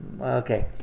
Okay